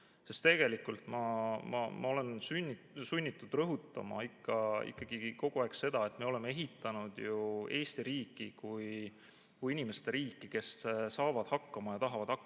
Sest tegelikult ma olen sunnitud rõhutama ikkagi kogu aeg seda, et me oleme ehitanud ju Eesti riiki kui inimeste riiki, kes saavad hakkama ja tahavad hakkama